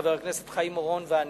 חבר הכנסת חיים אורון ואני,